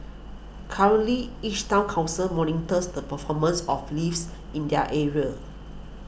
currently each Town Council monitors the performance of leaves in their area